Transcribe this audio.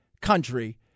country